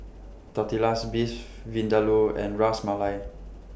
Tortillas Beef Vindaloo and Ras Malai